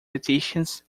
petitions